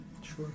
Sure